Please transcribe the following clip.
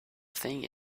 thing